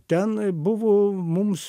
ten buvo mums